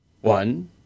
One